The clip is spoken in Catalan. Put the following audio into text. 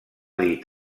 dit